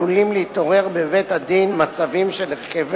עלולים להתעורר בבית-הדין מצבים של הרכב